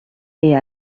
est